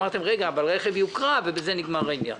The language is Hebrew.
אמרתם: רגע, אבל רכב יוקרה ובזה נגמר העניין.